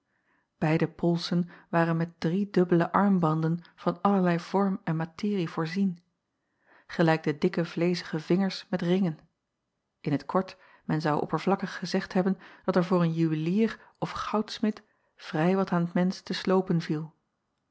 eide polsen waren met driedubbele armbanden van allerlei vorm en materie voorzien gelijk de dikke vleezige vingers met ringen in t kort men zou oppervlakkig gezegd hebben dat er voor een juwelier of goudsmid vrij wat aan t mensch te sloopen viel